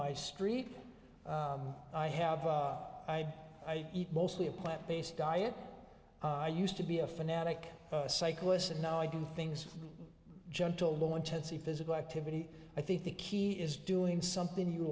my street i have i i eat mostly a plant based diet i used to be a fanatic cyclist and now i do things gentle low intensity physical activity i think the key is doing something you